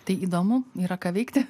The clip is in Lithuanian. tai įdomu yra ką veikti